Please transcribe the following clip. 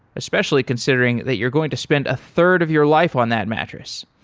especially considering that you're going to spend a third of your life on that mattress.